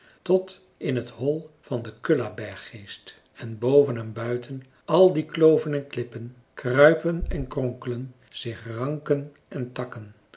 tot in het hol van den kullaberggeest en boven en buiten al die kloven en klippen kruipen en kronkelen zich ranken en takken